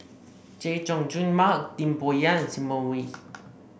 Chay Jung Jun Mark Lim Bo Yam and Simon Wee